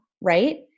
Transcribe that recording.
Right